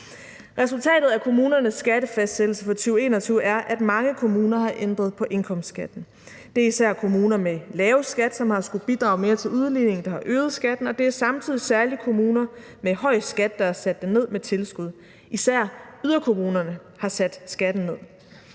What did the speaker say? Resultatet af kommunernes skattefastsættelse for 2021 er, at mange kommuner har ændret på indkomstskatten. Det er især kommuner med en lav skat, som har skullet bidrage mere til udligningen, der har øget skatten, og det er samtidig særlig kommuner med en høj skat, der har sat den ned med tilskud. Det er især yderkommunerne, der har sat skatten ned.